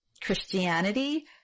Christianity